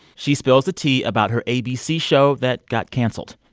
she spills the tea about her abc show that got canceled.